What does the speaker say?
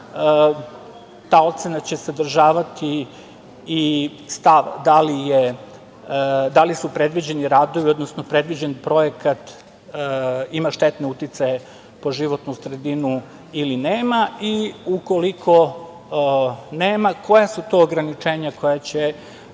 ta ocena će sadržati i stav da li su predviđeni radovi, odnosno predviđen projekat imati štetne uticaje po životnu sredinu ili ne i ukoliko nema, koja su to ograničenja koja će